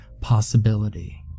possibility